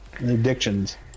Addictions